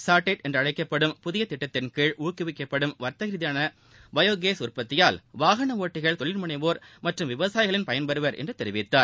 sautéed என்றழைக்கப்படும் புதிய திட்டத்தின்கீழ் ஊக்குவிக்கப்படும் வா்த்தக ரீதியான பயோ கேஸ் உற்பத்தியால் வாகன ஓட்டிகள் தொழில் முனைவோர் மற்றும் விவசாயிகளும் பயன்பெறுவர் என்று தெரிவித்தார்